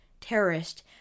terrorist